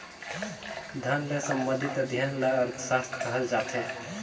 धन ले संबंधित अध्ययन ल अर्थसास्त्र कहल जाथे